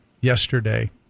yesterday